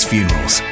Funerals